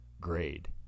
grade